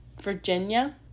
Virginia